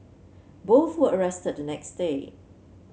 both were arrested the next day